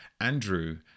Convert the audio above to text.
Andrew